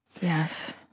Yes